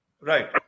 Right